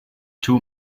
two